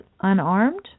unarmed